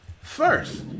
first